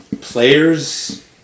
players